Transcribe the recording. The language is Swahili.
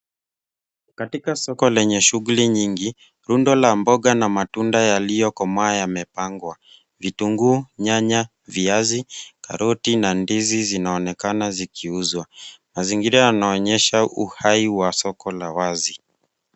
Katika soko lenye shughuli nyingi, rundo la mboga na matunda yaliyokomaa yamepangwa. Vitunguu, nyanya, viazi, karoti na ndizi zinaonekana zikiuzwa. Mazingira yananaonyesha uhai wa soko la wazi.